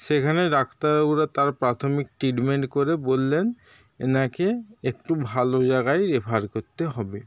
সেখানে ডাক্তারবাবুরা তাঁর প্রাথমিক ট্রিটমেন্ট করে বললেন এনাকে একটু ভালো জায়গায় রেফার করতে হবে